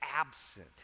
absent